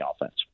offense